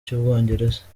cy’ubwongereza